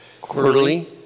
quarterly